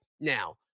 now